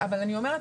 אבל אני אומרת,